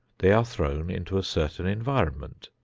they are thrown into a certain environment,